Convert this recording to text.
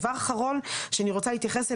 דבר אחרון שאני רוצה להתייחס אליו,